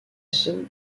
semaine